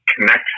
connect